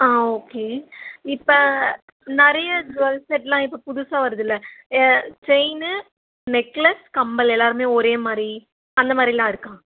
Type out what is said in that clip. ஆ okay இப்போ நிறைய jewels ஸெட்லாம் இப்போ புதுசா வருதுலை செயினு நெக்லஸ் கம்மல் எல்லோருமே ஒரே மாதிரி அந்த மாதிரிலாம் இருக்கா